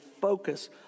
focus